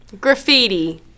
Graffiti